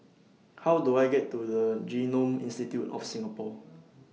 How Do I get to The Genome Institute of Singapore